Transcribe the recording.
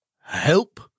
Help